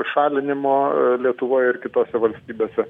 pašalinimo lietuvoje ir kitose valstybėse